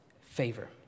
favor